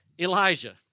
Elijah